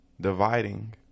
dividing